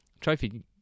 Trophy